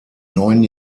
neun